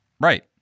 Right